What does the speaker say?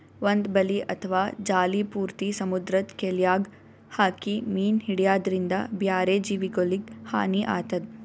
ಒಂದ್ ಬಲಿ ಅಥವಾ ಜಾಲಿ ಪೂರ್ತಿ ಸಮುದ್ರದ್ ಕೆಲ್ಯಾಗ್ ಹಾಕಿ ಮೀನ್ ಹಿಡ್ಯದ್ರಿನ್ದ ಬ್ಯಾರೆ ಜೀವಿಗೊಲಿಗ್ ಹಾನಿ ಆತದ್